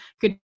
good